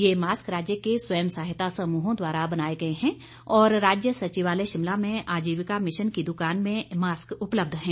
ये मास्क राज्य के स्वयं सहायता समूहों द्वारा बनाए गए हैं और राज्य सचिवालय शिमला में आजीविका मिशन की दुकान में ये मास्क उपलब्ध हैं